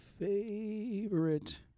Favorite